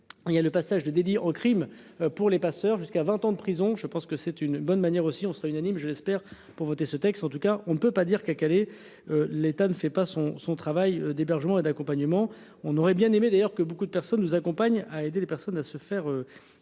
Il y a le passage de délit en crime pour les passeurs jusqu'à 20 ans de prison. Je pense que c'est une bonne manière aussi on sera unanime. Je l'espère pour voter ce texte. En tout cas on ne peut pas dire qu'à Calais. L'État ne fait pas son son travail d'hébergement et d'accompagnement, on aurait bien aimé d'ailleurs que beaucoup de personnes nous accompagne à aider les personnes à se faire.